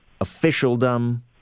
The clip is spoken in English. officialdom